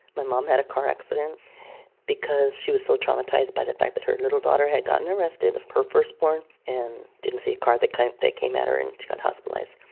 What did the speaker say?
my mom had a car accident because she was so traumatized by the fact that her little daughter had gotten arrested her firstborn and didn't see a car that kind that came at her. and she got hospitalized,